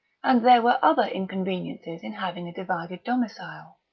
and there were other inconveniences in having a divided domicile.